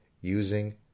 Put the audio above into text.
using